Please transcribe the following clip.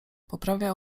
poprawia